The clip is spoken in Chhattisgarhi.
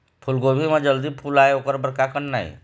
फूलगोभी म जल्दी फूल आय ओकर बर का करना ये?